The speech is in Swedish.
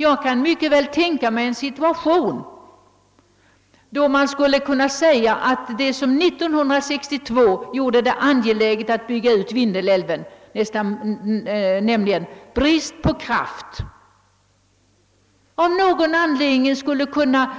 Jag kan mycket väl tänka mig, att den situation som 1962 gjorde det angeläget för oss att bygga ut Vindelälven — nämligen brist på kraft — av någon anledning skulle kunna